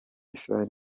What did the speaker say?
israel